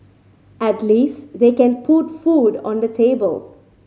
at least they can put food on the table